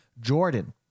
Jordan